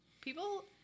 People